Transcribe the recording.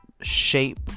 shape